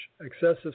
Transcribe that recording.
excessive